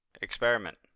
Experiment